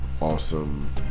awesome